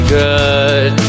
good